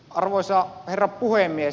arvoisa herra puhemies